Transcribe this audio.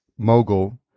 Mogul